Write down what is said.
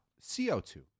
CO2